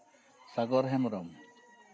Sagar Hembrom